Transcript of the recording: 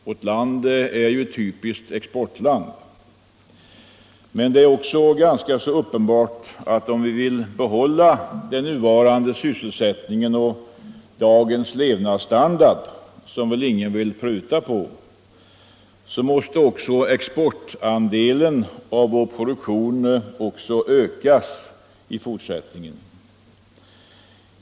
Vårt land är ett typiskt exportland. Men det är också uppenbart att om vi vill behålla den nuvarande sysselsättningen och den levnadsstandard vi har i dag - och som väl ingen vill pruta 'på — så måste också exportandelen av vår produktion öka i fortsättningen.